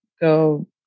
go